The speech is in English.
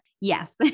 Yes